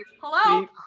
Hello